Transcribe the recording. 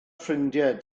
ffrindiau